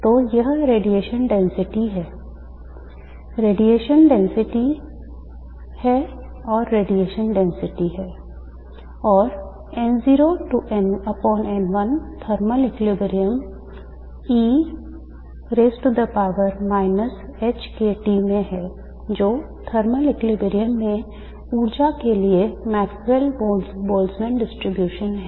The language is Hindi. तो यह radiation density है radiation density है radiation density है और N0N1 थर्मल संतुलन में है जो thermal equilibrium में ऊर्जा के लिए Maxwell Boltzmann distribution है